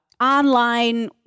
online